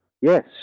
Yes